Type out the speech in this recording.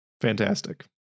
fantastic